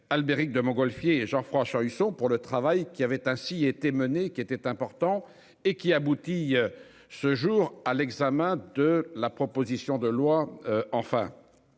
Albéric de Montgolfier et Jean-François Husson pour le travail qu'il avait ainsi été mené qui était important et qui aboutit ce jour à l'examen de la proposition de loi, enfin.